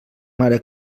mare